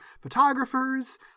photographers